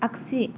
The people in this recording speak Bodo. आगसि